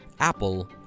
Apple